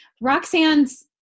Roxanne's